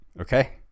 Okay